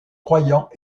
croyant